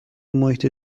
محیط